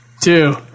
Two